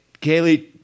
Kaylee